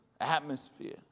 atmosphere